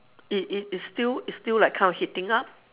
it it it's still it's still like kind of heating up